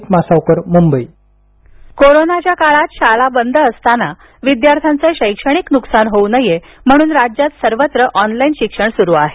cable शिक्षण कोरोनाच्या काळात शाळा बंद असताना विद्यार्थ्यांचं शैक्षणिक नुकसान होऊ नये म्हणून राज्यात सर्वत्र ऑनलाईन शिक्षण सुरु आहे